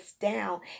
down